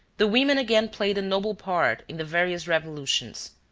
the women again played a noble part in the various revolutions.